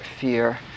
fear